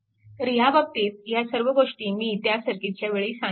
तर ह्या बाबतीत ह्या सर्व गोष्टी मी त्या सर्किटच्या वेळी सांगितल्या आहेत